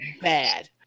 bad